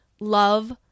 love